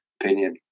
opinion